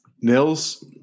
Nils